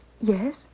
yes